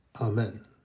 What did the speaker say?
Amen